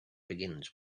begins